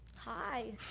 hi